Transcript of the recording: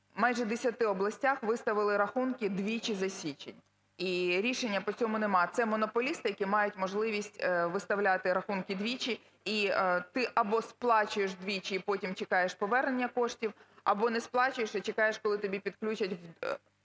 майже 10 областях виставили рахунки двічі за січень. І рішення по цьому нема. Це монополісти, які мають можливість виставляти рахунки двічі. І ти або сплачуєш двічі і потім чекаєш повернення коштів, або не сплачуєш і чекаєш, коли тобі підключать… коли